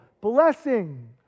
blessing